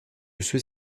ceux